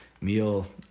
meal